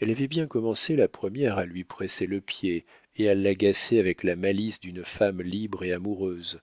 elle avait bien commencé la première à lui presser le pied et à l'agacer avec la malice d'une femme libre et amoureuse